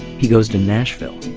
he goes to nashville.